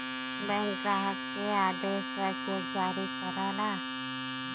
bank ग्राहक के आदेश पर चेक जारी करला